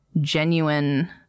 genuine